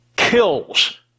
Kills